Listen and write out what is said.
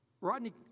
Rodney